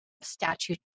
statute